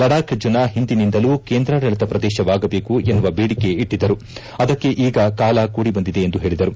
ಲಡಾಖ್ ಜನ ಹಿಂದಿನಿಂದಲೂ ಕೇಂದ್ರಾಡಳಿತ ಪ್ರದೇಶವಾಗಬೇಕು ಎನ್ನುವ ಬೇಡಿಕೆ ಇಟ್ಟದ್ದರು ಅದಕ್ಕೆ ಈಗ ಕಾಲ ಕೂಡಿ ಬಂದಿದೆ ಎಂದು ಹೇಳಿದರು